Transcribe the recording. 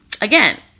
again